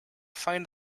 find